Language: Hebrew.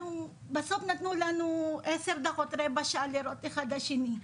בסוף נתנו לנו עשר דקות רבע שעה לראות אחד את השני,